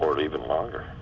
or even longer